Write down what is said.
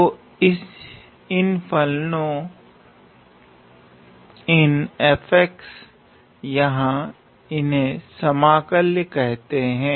तो इन फलनों इन यहाँ इन्हे समाकल्य कहते हैं